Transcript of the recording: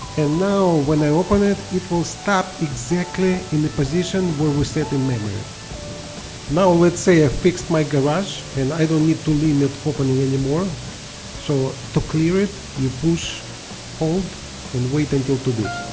and now when i open it it will stop exactly in the position where we set in memory now let's say i've fixed my garage and i don't need to limit opening anymore so to clear it you push hold and wait until two beeps